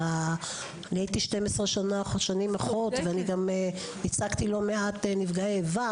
אני הייתי 12 שנים אחות ואני גם ייצגתי לא מעט נפגעי איבה